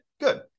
good